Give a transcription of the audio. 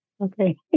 Okay